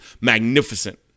magnificent